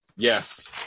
yes